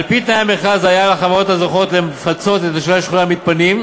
על-פי תנאי המכרז היה על החברות הזוכות לפצות את תושבי השכונה המתפנים.